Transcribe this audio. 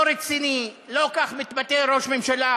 לא רציני, לא כך מתבטא ראש ממשלה,